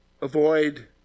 avoid